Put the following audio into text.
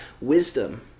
wisdom